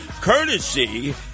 Courtesy